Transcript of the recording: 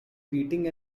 beating